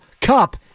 Cup